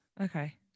Okay